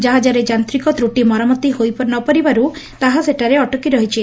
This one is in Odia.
କାହାଜରେ ଯାନ୍ତିକ ତ୍ରଟି ମରାମତି ହୋଇ ନପାରୁବାରୁ ତାହା ସେଠାରେ ଅଟକି ରହିଛି